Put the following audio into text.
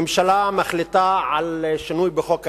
הממשלה מחליטה על שינוי בחוק האזרחות.